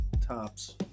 tops